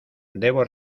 debo